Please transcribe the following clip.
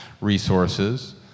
resources